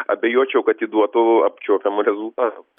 abejočiau kad ji duotų apčiuopiamų rezultatų